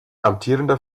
amtierender